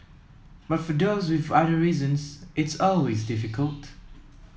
but for those with other reasons it's always difficult